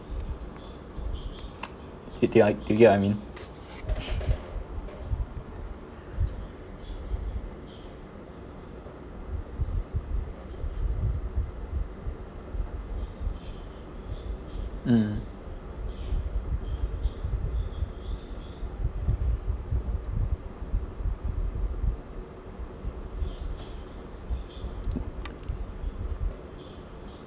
do you do you get what I mean mm